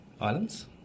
islands